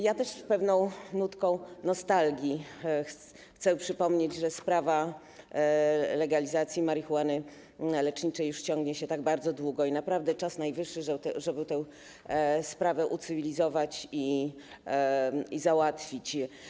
Ja też z pewną nutką nostalgii chcę przypomnieć, że sprawa legalizacji marihuany leczniczej już ciągnie się bardzo długo i naprawdę czas najwyższy, żeby tę sprawę ucywilizować i załatwić.